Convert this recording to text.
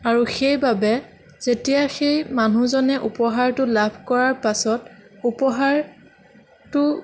আৰু সেইবাবে যেতিয়া সেই মানুহজনে উপহাৰটো লাভ কৰাৰ পাছত উপহাৰটো